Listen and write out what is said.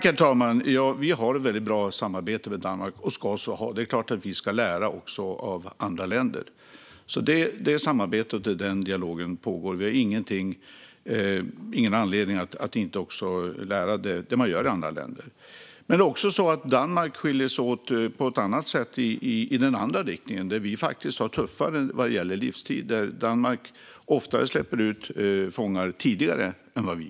Herr talman! Vi har ett väldigt bra samarbete med Danmark och ska så ha. Det är klart att vi ska lära också av andra länder. Det samarbetet och den dialogen pågår. Vi har ingen anledning att inte lära av det man gör i andra länder. Men Danmark skiljer sig från Sverige i den andra riktningen. Vi är faktiskt tuffare när det gäller livstid. Danmark släpper ofta ut fångar tidigare än vi.